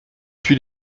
puis